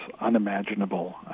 unimaginable